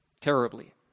terribly